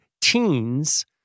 teens